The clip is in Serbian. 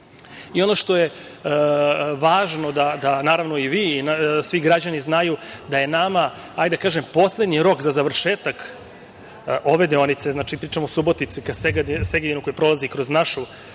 što je važno da i vi i svi građani znaju jeste da je nama poslednji rok za završetak ove deonici, znači, pričam o Subotici ka Segedinu, koja prolazi kroz našu